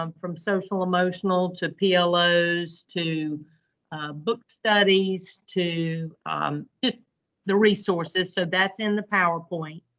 um from social-emotional, to plos, to book studies, to just the resources. so that's in the powerpoint.